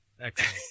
excellent